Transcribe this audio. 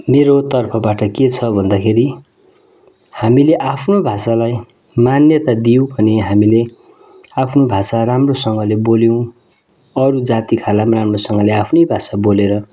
मेरो तर्फबाट के छ भन्दाखेरि हामीले आफ्नो भाषालाई मान्यता दियौँ भने हामीले आफ्नो भाषा राम्रोसँगले बोल्यौँ अरू जातिकाहरूलाई पनि राम्रोसँगले आफ्नै भाषा बोलेर